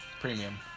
Premium